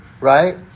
Right